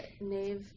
nave